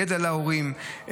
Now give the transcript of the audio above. ידע להורים,